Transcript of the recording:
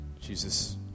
Jesus